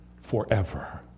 forever